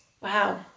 Wow